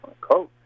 coach